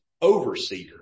overseer